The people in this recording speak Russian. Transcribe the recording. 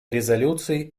резолюций